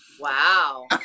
Wow